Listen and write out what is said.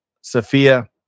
Sophia